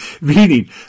Meaning